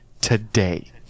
Today